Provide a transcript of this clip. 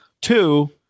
Two